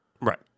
Right